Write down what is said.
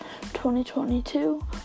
2022